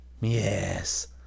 Yes